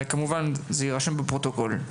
וזה כמובן יירשם בפרוטוקול,